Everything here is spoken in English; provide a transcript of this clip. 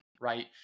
right